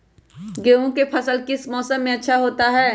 गेंहू का फसल किस मौसम में अच्छा होता है?